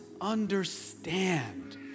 understand